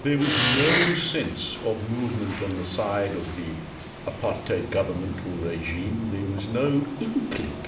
there was no sense of movement on the side of the apartheid government or regime. there was no inkling